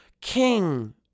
King